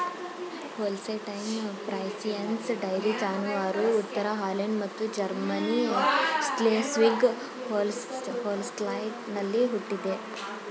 Holstein Friesians dairy ಜಾನುವಾರು ಉತ್ತರ Holland ಮತ್ತು ಜರ್ಮನಿ ಸ್ಕ್ಲೆಸ್ವಿಗ್ ಹೋಲ್ಸ್ಟೈನಲ್ಲಿ ಹುಟ್ಟಿದೆ